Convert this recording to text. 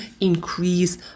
increase